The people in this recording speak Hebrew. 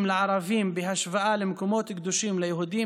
לערבים בהשוואה למקומות קדושים ליהודים,